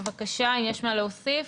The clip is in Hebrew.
בבקשה, יש מה להוסיף?